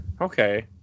Okay